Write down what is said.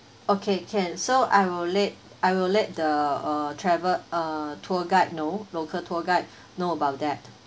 okay can so I will let I will let the uh travel uh tour guide know local tour guide know about that